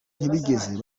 ntibigeze